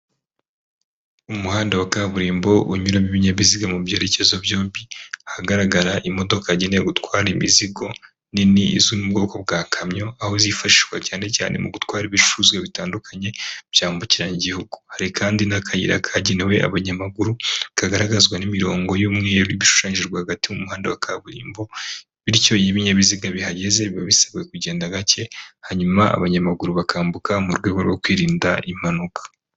Umuhanda wa kaburimbo unyuramo ibinyabiziga mu byerekezo byombi ahagaragara imodoka yagenewe gutwara imizigo nini izwi mu bwoko bwa kamyo aho zifashishwa cyane cyane mu gutwara ibicuruzwa bitandukanye byambukiranya igihugu hari kandi n'akayira kagenewe abanyamaguru kagaragazwa n'imirongo y'umweru ishushanywa hagati mu muhanda wa kaburimbo bityo ibinyabiziga bihageze biba bisabwa kugenda gake hanyuma abanyamaguru bakambuka mu rwego rwo kwirinda impanuka.